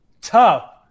tough